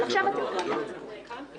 אבל עכשיו אתם טוענים טענה כזאת.